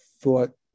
thought